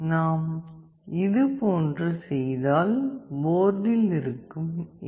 நாம் இதுபோன்று செய்தால் போர்டில் இருக்கும் எல்